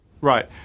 Right